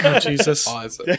Jesus